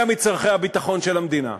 אלא מצורכי הביטחון של המדינה.